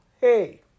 hey